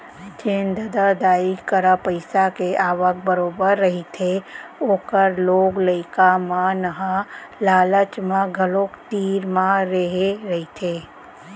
जेन ददा दाई करा पइसा के आवक बरोबर रहिथे ओखर लोग लइका मन ह लालच म घलोक तीर म रेहे रहिथे